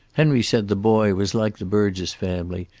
henry said the boy was like the burgess family,